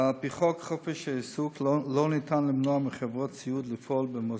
על פי חוק חופש העיסוק אין אפשרות למנוע מחברות סיעוד לפעול במוסדות.